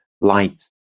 light